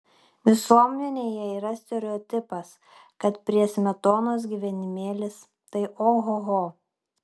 visuomenėje yra stereotipas kad prie smetonos gyvenimėlis tai ohoho